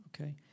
Okay